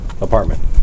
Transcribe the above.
apartment